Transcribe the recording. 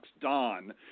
Don